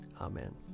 Amen